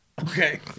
Okay